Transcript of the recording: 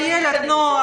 איילת, נו.